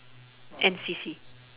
N_C_C